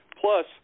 Plus